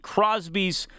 Crosby's